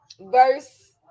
Verse